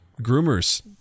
groomers